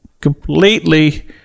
completely